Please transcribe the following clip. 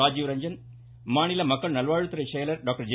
ராஜீவ்ரஞ்சன் மாநில மக்கள் நல்வாழ்வுத்துறை செயலர் டாக்டர் ஜே